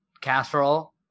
casserole